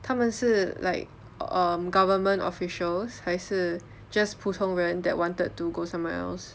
他们是 like um government officials 还是 just 普通人 that wanted to go somewhere else